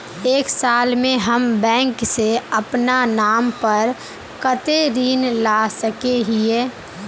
एक साल में हम बैंक से अपना नाम पर कते ऋण ला सके हिय?